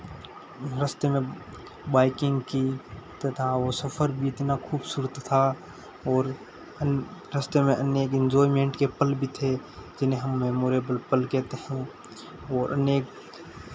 रास्ते में बाइकिंग की तथा वो सफ़र जितना खूबसूरत था और हम रास्ते में एमेजिंग इन्जॉयमेंट के पल भी थे जिन्हें हम मेमोरेबल पल कहते हैं और अनेक